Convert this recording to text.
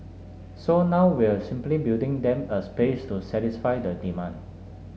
so now we're simply building them a space to satisfy the demand